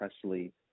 Presley